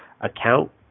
account